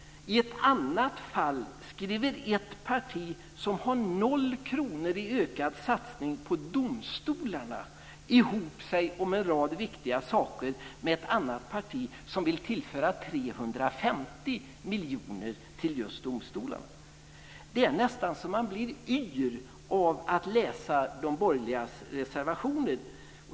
I ett annat fall skriver ett parti som har noll kronor i ökad satsning på domstolarna ihop sig om en rad viktiga saker med ett annat parti, som vill tillföra 350 miljoner till just domstolarna. Det är nästan så att man blir yr av att läsa de borgerligas reservationer.